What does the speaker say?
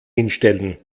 hinstellen